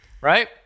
Right